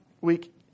week